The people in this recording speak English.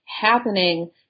happening